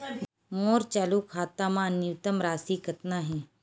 मोर चालू खाता मा न्यूनतम राशि कतना हे?